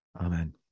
Amen